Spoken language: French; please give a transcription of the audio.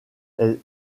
est